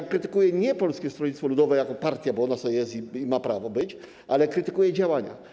Krytykuję nie Polskie Stronnictwo Ludowe jako partię, bo ona sobie jest i ma prawo być, ale krytykuję działania.